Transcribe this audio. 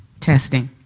testing.